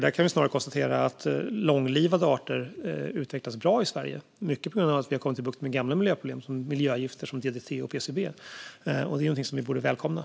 Där kan jag snarare konstatera att långlivade arter utvecklas bra i Sverige, mycket på grund av att vi har fått bukt med gamla miljöproblem, såsom miljögifter som ddt och PCB. Det är någonting som borde välkomnas.